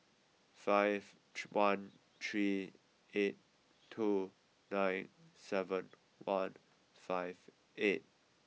five tran three eight two nine seven one five eight